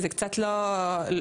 זה קצת לא מובן.